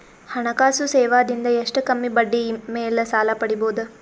ಹಣಕಾಸು ಸೇವಾ ದಿಂದ ಎಷ್ಟ ಕಮ್ಮಿಬಡ್ಡಿ ಮೇಲ್ ಸಾಲ ಪಡಿಬೋದ?